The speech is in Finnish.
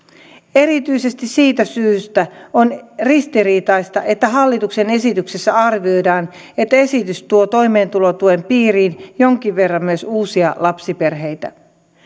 erityisesti siitä syystä on ristiriitaista että hallituksen esityksessä arvioidaan että esitys tuo toimeentulotuen piiriin jonkin verran myös uusia lapsiperheitä